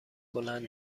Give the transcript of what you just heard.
بلند